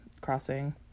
crossing